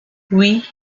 oui